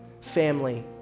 family